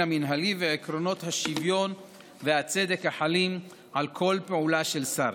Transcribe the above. המינהלי ועקרונות השוויון והצדק החלים על כל פעולה של שר.